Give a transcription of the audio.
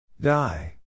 Die